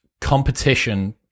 competition